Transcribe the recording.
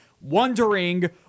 wondering